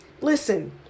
Listen